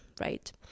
right